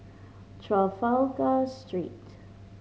Trafalgar Street